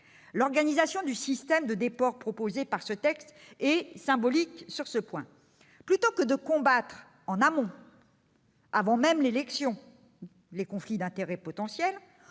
L'organisation du système de déport proposé au travers de ce texte est emblématique à cet égard. Plutôt que de combattre en amont, avant même l'élection, les conflits d'intérêts potentiels,